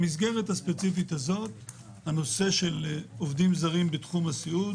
במסגרת הספציפית של העובדים הזרים בתחום הסיעוד